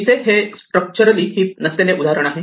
इथे हे structurally heap नसलेले उदाहरण आहे